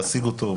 להשיג אותו,